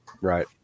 Right